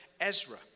Ezra